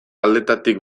aldetatik